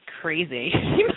crazy